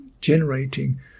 generating